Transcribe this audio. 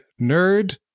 Nerd